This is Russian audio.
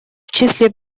числе